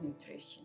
nutrition